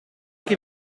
che